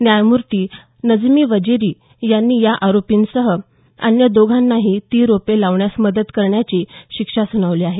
न्यायमूर्ती नजमी वजीरी यांनी या आरोपींसह अन्य दोघांनाही ती रोपे लावण्यास मदत करण्याची शिक्षा सुनावली आहे